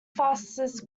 fastest